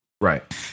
Right